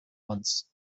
ones